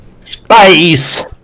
Space